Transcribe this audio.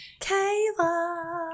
Kayla